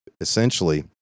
essentially